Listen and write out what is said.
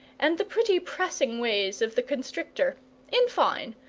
and the pretty pressing ways of the constrictor in fine,